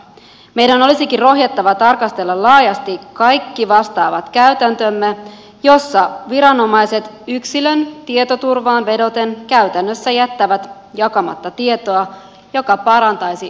meidän olisikin rohjettava tarkastella laajasti kaikki vastaavat käytäntömme joissa viranomaiset yksilön tietoturvaan vedoten käytännössä jättävät jakamatta tietoa joka parantaisi asiakkaan tilannetta